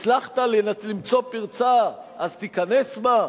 הצלחת למצוא פרצה אז תיכנס בה?